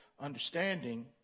understanding